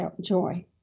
joy